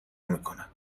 میکند